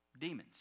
demons